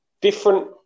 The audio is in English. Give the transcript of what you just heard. different